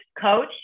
coach